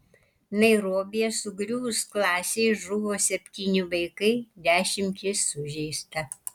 nairobyje sugriuvus klasei žuvo septyni vaikai dešimtys sužeista